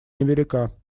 невелика